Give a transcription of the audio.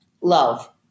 love